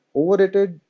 overrated